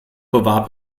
bewarb